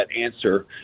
answer